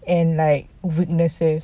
and like witnesses